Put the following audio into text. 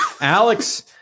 alex